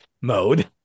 mode